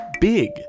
big